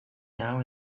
now